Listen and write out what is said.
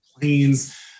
planes